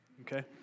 okay